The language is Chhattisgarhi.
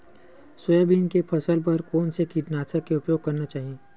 सोयाबीन के फसल बर कोन से कीटनाशक के उपयोग करना चाहि?